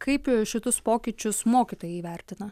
kaip šitus pokyčius mokytojai vertina